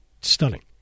stunning